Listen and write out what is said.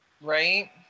Right